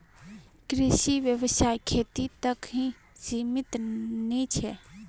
कृषि व्यवसाय खेती तक ही सीमित नी छे